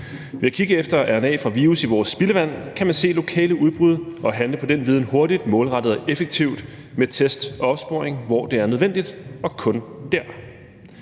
Ved at kigge efter RNA fra virus i vores spildevand kan man se lokale udbrud og handle på den viden hurtigt, målrettet og effektivt med test og opsporing, hvor det er nødvendigt, og kun dér.